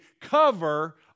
cover